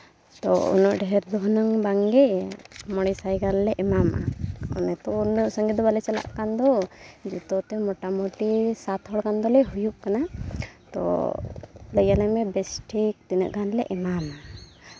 ᱛᱳ ᱩᱱᱟᱹᱜ ᱰᱷᱮᱨ ᱫᱚ ᱦᱩᱱᱟᱹᱝ ᱵᱟᱝᱜᱮ ᱢᱚᱬᱮ ᱥᱟᱭ ᱜᱟᱱᱞᱮ ᱮᱢᱟᱢᱟ ᱚᱱᱮ ᱛᱚ ᱩᱱᱟᱹᱜ ᱥᱟᱺᱜᱤᱧ ᱫᱚ ᱵᱟᱝᱞᱮ ᱪᱟᱞᱟᱜ ᱠᱟᱱ ᱫᱚ ᱡᱚᱛᱚᱛᱮ ᱢᱳᱴᱟᱢᱩᱴᱤ ᱥᱟᱛ ᱦᱚᱲᱜᱟᱱ ᱫᱚᱞᱮ ᱦᱩᱭᱩᱜ ᱠᱟᱱᱟ ᱛᱳ ᱞᱟᱹᱭ ᱟᱞᱮᱢᱮ ᱵᱮᱥ ᱴᱷᱤᱠ ᱛᱤᱱᱟᱹᱜ ᱜᱟᱱᱞᱮ ᱮᱢᱟᱢᱟ